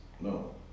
No